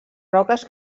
roques